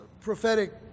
prophetic